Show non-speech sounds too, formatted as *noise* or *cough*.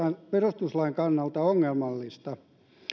*unintelligible* on perustuslain kannalta ongelmallista